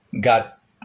got